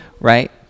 right